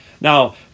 Now